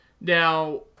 Now